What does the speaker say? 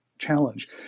challenge